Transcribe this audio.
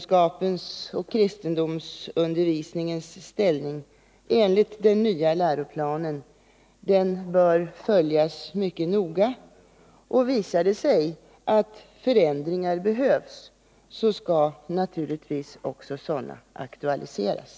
ställning enligt den nya läroplanen bör följas mycket noga, och visar det sig att förändringar behövs skall naturligtvis sådana också aktualiseras.